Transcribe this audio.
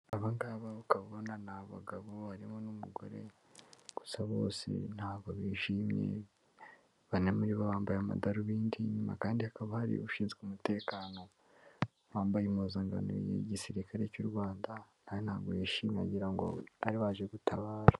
Abangaba ukaba ubona ni bagabo, barimo n'umugore; gusa bose ntabwo bishimye. Bane muri bo bambaye amadarubindi. Inyuma kandi hakaba hari ushinzwe umutekano wambaye impuzankano y'igisirikare cy'u Rwanda, na we ntabwo yishimye wagira ngo bari baje gutabara.